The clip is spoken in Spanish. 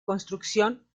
construcción